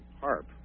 HARP